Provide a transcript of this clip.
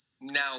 Now